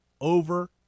over